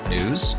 News